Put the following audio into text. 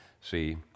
See